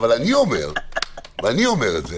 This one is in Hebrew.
אני אומר את זה